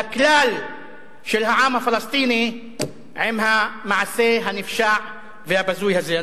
לכלל של העם הפלסטיני עם המעשה הנפשע והבזוי הזה.